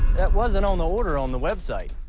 that wasn't on the order on the website.